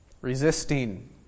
resisting